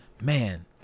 Man